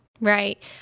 Right